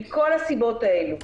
מכל הסיבות האלו,